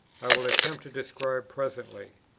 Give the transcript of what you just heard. i will attempt to describe presently.